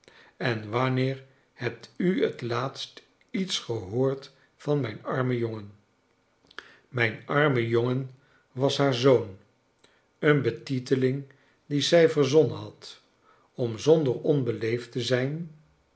en wanneer hebt u het laatst iets gehoord van mijn armen jongen mijn arme jongen was haar zoon een betiteling die zij verzonnen had om zonder onbeleefd te zijn